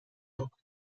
yok